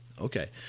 Okay